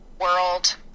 world